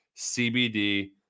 CBD